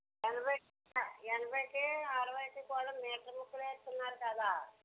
ఎనభై ఎనభైకే అరవైకి కూడా మీటర్ ముక్కలే ఇస్తున్నారు కదా